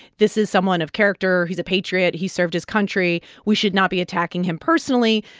this is someone of character. he's a patriot. he served his country. we should not be attacking him personally.